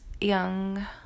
young